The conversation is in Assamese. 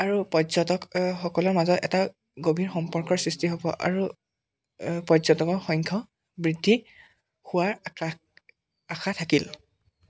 আৰু পৰ্যটক সকলৰ মাজত এটা গভীৰ সম্পৰ্কৰ সৃষ্টি হ'ব আৰু পৰ্যটকৰ সংখ্যাও বৃদ্ধি হোৱাৰ আকাশ আশা থাকিল